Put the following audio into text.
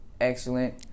excellent